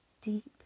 deep